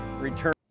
return